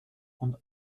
und